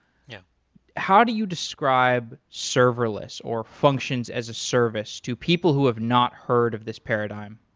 yeah how do you describe serverless or functions as a service to people who have not heard of this paradigm?